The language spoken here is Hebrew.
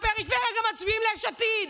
גם בפריפריה מצביעים ליש עתיד,